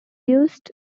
used